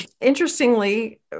Interestingly